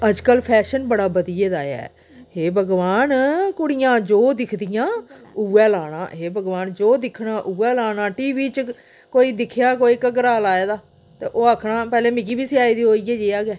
अज्जकल फैशन बड़ा बधी गेदा ऐ हे भगवान कुड़ियां जो दिक्खदियां उ'यै लानां हे भगवान जो दिक्खना उ'यै लाना टी वी च कोई दिक्खेआ कोई घग्गरा लाए दा ते ओह् आक्खना पैह्ले मिगी बी सेआई देओ इ'यै जेहा गै